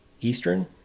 Eastern